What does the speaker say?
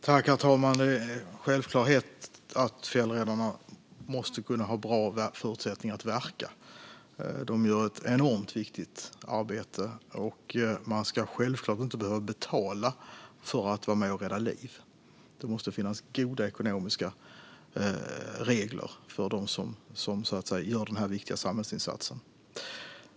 Herr talman! Det är en självklarhet att fjällräddarna måste kunna ha bra förutsättningar att verka. De gör ett enormt viktigt arbete, och man ska självklart inte behöva betala för att vara med och rädda liv. Det måste finnas goda ekonomiska regler för dem som gör den här viktiga samhällsinsatsen.